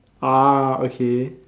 ah okay